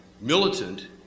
militant